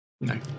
No